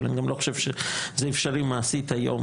אבל אני גם לא חושב שזה אפשרי מעשית היום,